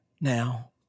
now